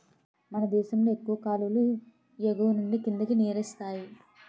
మనదేశంలో ఎక్కువ కాలువలు ఎగువనుండి కిందకి నీరిస్తాయి